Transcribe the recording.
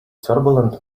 turbulent